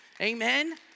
Amen